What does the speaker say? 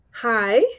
Hi